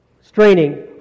straining